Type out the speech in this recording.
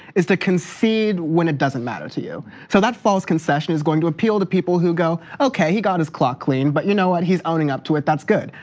is to concede when it doesn't matter to you. so that false concession is going to appeal to people who go, okay, he got his clock clean, but you know what? he's owning up to it, that's good.